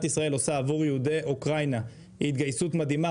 ישראל עושה עבור יהודי אוקראינה היא התגייסות מדהימה.